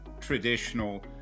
traditional